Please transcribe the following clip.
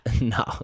no